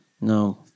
No